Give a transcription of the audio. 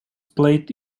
played